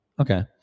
Okay